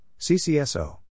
CCSO